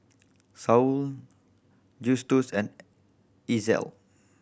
Saul Justus and Ezell